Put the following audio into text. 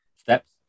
Steps